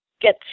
get